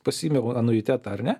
pasiėmi va anuitetą ar ne